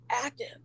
active